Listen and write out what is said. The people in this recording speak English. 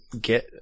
get –